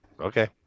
okay